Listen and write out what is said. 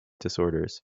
disorders